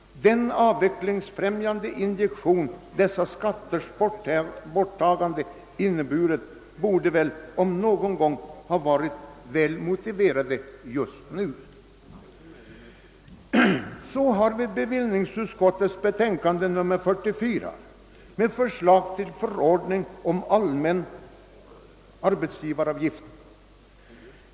Den utvecklingsfrämjande injektion som borttagandet av dessa skatter skulle ha varit borde väl ha gjort att ett slopande just nu — om någonsin — hade varit väl motiverat. Jag vill övergå till att något beröra bevillningsutskottets betänkande nr 44 med förslag till förordning om allmän arbetsgivaravgift.